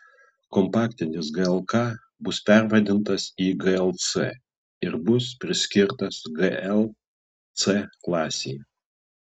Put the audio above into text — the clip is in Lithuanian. kompaktinis glk bus pervadintas į glc ir bus priskirtas gl c klasei